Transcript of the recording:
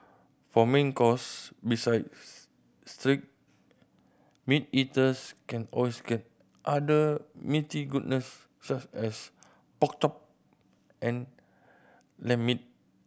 for main course besides steak meat eaters can always get other meaty goodness such as pork chop and lamb meat